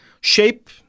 Shape